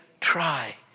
try